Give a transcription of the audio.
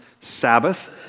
Sabbath